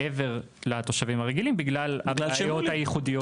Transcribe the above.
מעבר לתושבים הרגילים בגלל הבעיות הייחודיות שלהם.